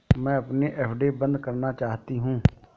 मैं अपनी एफ.डी बंद करना चाहती हूँ